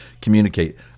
communicate